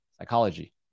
psychology